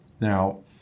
now